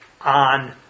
on